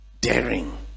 Daring